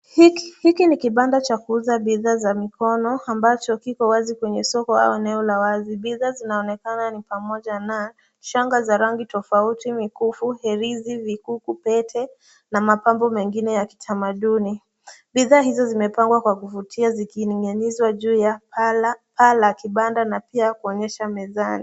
Hiki ni kibanda cha kuuza bidhaa za mikono ambacho kikowazi kwenye soko au eneo la wazi. Bidhaa zinaonekana ni pamoja na shanga za rangi tofauti, mikufu, herezi vikuku, pete na mapambo mengine ya kitamaduni. Bidhaa hizo zimepangwa kwa kuvutia ziki ninginizwa juu ya paa la kibanda na pia kuonyesha mezani.